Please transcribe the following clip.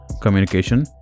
communication